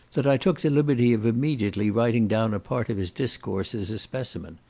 that i took the liberty of immediately writing down a part of his discourse as a specimen.